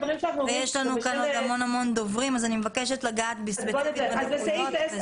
כאן עוד המון דוברים אז אני מבקשת לגעת ספציפית בנקודות.